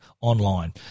online